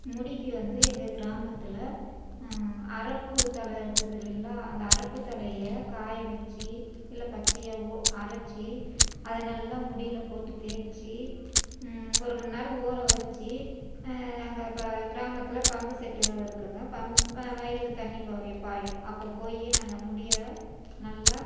முடிக்கு வந்து எங்கள் கிராமத்தில் அரப்பு தலை இருக்குது இல்லைங்களா அந்த அரப்பு தலையை காய வெச்சு இல்லை பச்சையாகவோ அரைச்சி அதை நல்லா முடியில் போட்டு தேய்ச்சி ஒரு மணி நேரோம் ஊற வச்சி அங்கே இப்போ கிராமத்தில் பம்பு செட் இருக்குதுங்க பம் வயலுக்கு தண்ணி போய் பாயும் அப்போது போய் நாங்கள் முடியை நல்லா